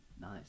Nice